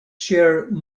share